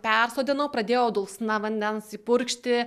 persodinau pradėjau dulksna vandens jį purkšti